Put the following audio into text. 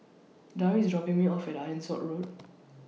Darvin IS dropping Me off At Ironside Road